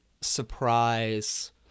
surprise